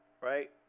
Right